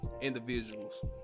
Individuals